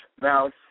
mouse